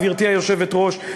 גברתי היושבת-ראש,